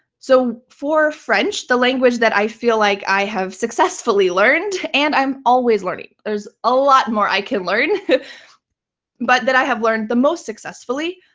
so for french, the language that i feel like i have successfully learned, and i'm always learning, there's a lot more i can learn but that i have learned the most successfully,